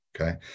Okay